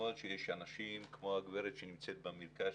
במקומות שיש אנשים כמו הגברת שנמצאת במרכז,